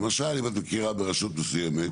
למשל אם את מכירה ברשות מסוימת